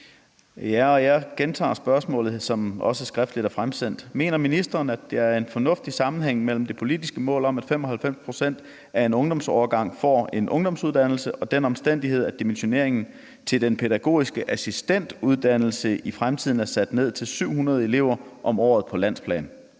Jeg gentager det spørgsmål, som også skriftligt er fremsendt: Mener ministeren, at der er en fornuftig sammenhæng mellem det politiske mål om, at 95 pct. af en ungdomsårgang får en ungdomsuddannelse, og den omstændighed, at dimensioneringen til den pædagogiske assistentuddannelse i fremtiden er sat ned til 700 elever om året på landsplan?